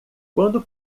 quando